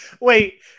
Wait